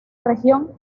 región